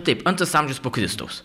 taip antras amžius po kristaus